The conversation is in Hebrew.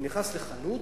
והוא נכנס לחנות,